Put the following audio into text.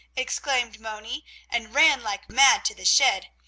exclaimed moni and ran like mad to the shed,